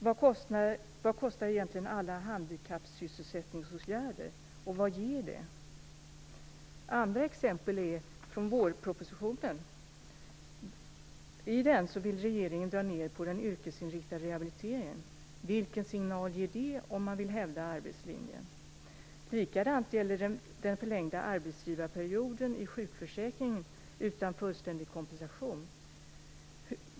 Vad kostar egentligen alla sysselsättningsåtgärder för handikappade och vad ger de? Andra exempel är från vårpropositionen. I den vill regeringen dra ner på den yrkesinriktade rehabiliteringen. Vilken signal ger det om man vill hävda arbetslinjen? Likadant gäller den förlängda arbetsgivarperioden i sjukförsäkringen utan fullständig kompensation.